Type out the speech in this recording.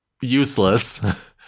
useless